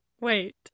wait